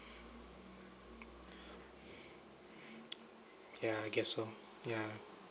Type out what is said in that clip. ya I guess so ya